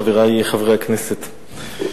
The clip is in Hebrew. חברי חברי הכנסת,